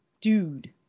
Dude